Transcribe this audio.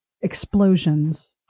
explosions